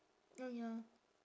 ah ya